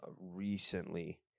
recently